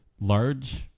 large